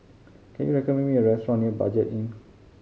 can you recommend me a restaurant near Budget Inn